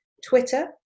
twitter